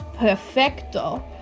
Perfecto